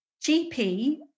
GP